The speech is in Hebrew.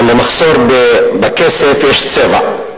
אבל למחסור בכסף יש צבע.